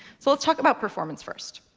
so let's talk about performance first.